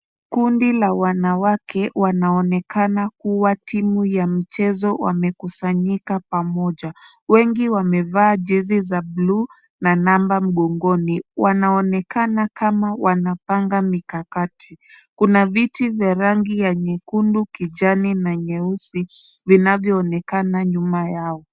Kundi la wanawake wanaonekana kuwa timu ya mchezo wamekusanyika pamoja. Wengi wamevaa jezi za bluu na namba mgongoni. Wanaonekana kama wanapanga mikakati. Kuna viti vya rangi ya nyekundu, kijani na nyeusi vinavyoonekana nyuma yao.